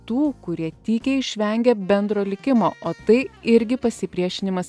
tų kurie tykiai išvengia bendro likimo o tai irgi pasipriešinimas